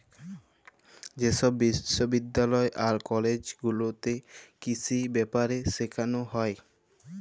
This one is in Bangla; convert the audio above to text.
যে ছব বিশ্ববিদ্যালয় আর কলেজ গুলাতে কিসি ব্যাপারে সেখালে হ্যয়